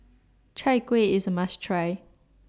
Chai Kuih IS A must Try